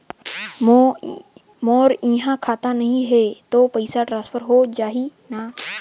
मोर इहां खाता नहीं है तो पइसा ट्रांसफर हो जाही न?